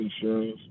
insurance